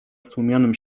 stłumionym